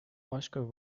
oscar